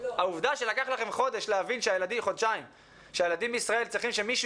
עובדה שלקח לכם חודשיים שהילדים בישראל צריכים שמישהו